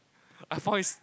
I found this